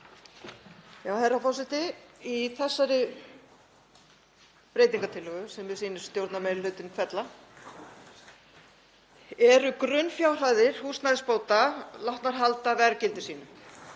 Herra forseti. Í þessari breytingartillögu, sem mér sýnist stjórnarmeirihlutinn fella, eru grunnfjárhæðir húsnæðisbóta látnar halda verðgildi sínu